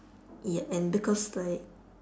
ya and because like